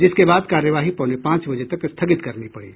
जिसके बाद कार्यवाही पौने पांच बजे तक स्थगित करनी पड़ी